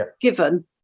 given